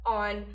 on